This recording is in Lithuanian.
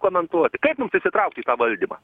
komentuoti kaip mums įsitraukt į tą valdymą